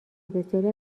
بسیاری